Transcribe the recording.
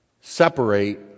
separate